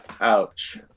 ouch